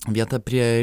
vieta prie